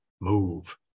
move